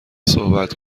صحبت